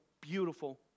beautiful